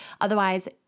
Otherwise